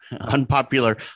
Unpopular